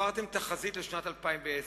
תפרתם תחזית לשנת 2010,